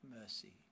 mercy